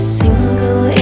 single